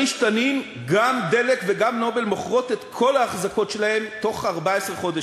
"תנין" גם "דלק" וגם "נובל" מוכרות את כל האחזקות שלהן בתוך 14 חודשים,